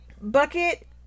bucket